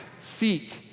seek